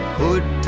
good